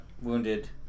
wounded